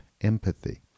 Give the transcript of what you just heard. empathy